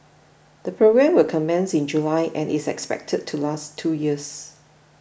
the programme will commence in July and is expected to last two years